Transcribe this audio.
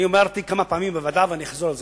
אמרתי כמה פעמים בוועדה ואני אחזור על זה,